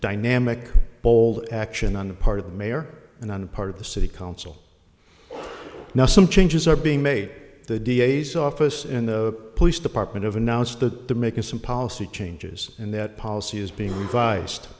dynamic bold action on the part of the mayor and on the part of the city council now some changes are being made the d a s office and the police department of announced that the making some policy changes and that policy is being revised